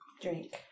drink